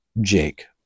Jake